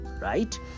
right